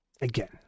again